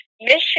mission